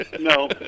No